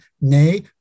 Nay